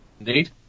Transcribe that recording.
Indeed